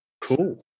Cool